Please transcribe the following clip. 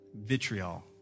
vitriol